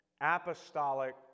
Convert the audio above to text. apostolic